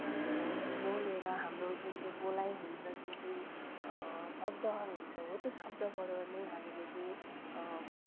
हाम्रो बोलेर हाम्रो जुन चाहिँ बोलाइ हुन्छ जुन चाहिँ शब्दहरू हुन्छ हो त्यो शब्दबाट नै हामीले चाहिँ